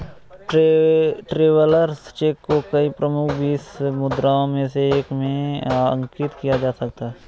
travellers cheque को कई प्रमुख विश्व मुद्राओं में से एक में अंकित किया जा सकता है